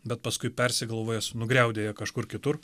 bet paskui persigalvojęs nugriaudėja kažkur kitur